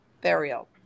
burial